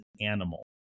animal